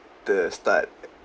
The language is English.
the start